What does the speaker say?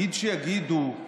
נגיד שיגידו על